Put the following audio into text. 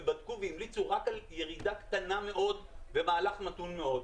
בדקו והמליצו רק על ירידה קטנה מאוד במהלך נתון מאוד,